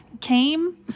came